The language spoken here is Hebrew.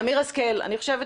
אמיר השכל, אני חושבת